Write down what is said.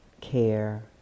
care